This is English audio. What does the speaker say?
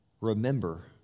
Remember